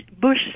Bush